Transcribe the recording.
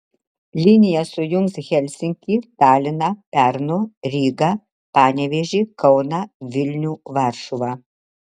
linija sujungs helsinkį taliną pernu rygą panevėžį kauną vilnių varšuvą